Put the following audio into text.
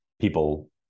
people